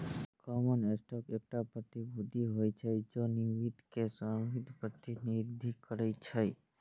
common stock एकटा प्रतिभूति होइ छै, जे निगम मे स्वामित्वक प्रतिनिधित्व करै छै